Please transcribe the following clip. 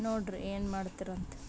ನೋಡ್ರಿ ಏನು ಮಾಡ್ತೀರಂತ